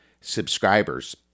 subscribers